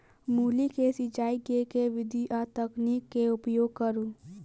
मूली केँ सिचाई केँ के विधि आ तकनीक केँ उपयोग करू?